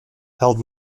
held